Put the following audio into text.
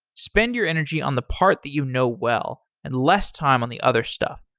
spend your energy on the part that you know well and less time on the other stuff.